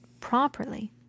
properly